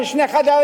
של שני חדרים,